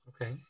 Okay